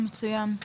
מצויין.